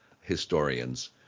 historians